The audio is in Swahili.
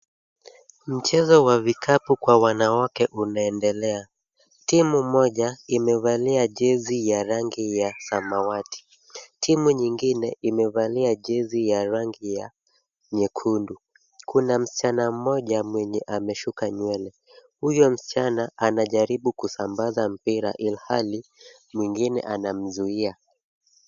Mchezo wa vikapu kwa wanawake unaendelea. Timu moja imevalia jezi ya rangi ya samawati, timu nyingine imevalia jezi ya rangi ya nyekundu. Kuna msichana mmoja mwenye ameshuka nywele. Huyo msichana anajaribu kusambaza mpira ilihali mwingine anamzuia.